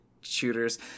shooters